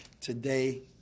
today